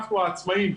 אנחנו העצמאים.